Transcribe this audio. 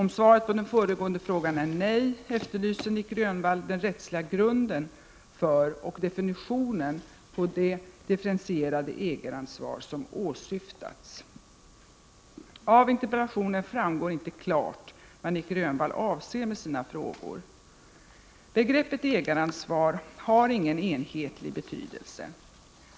Om svaret på den föregående frågan är nej, efterlyser Nic Grönvall den rättsliga grunden för och definitionen på det differentierade ägaransvar som åsyftats. Av interpellationen framgår inte klart vad Nic Grönvall avser med sina frågor. Begreppet ägaransvar har ingen enhetlig betydelse.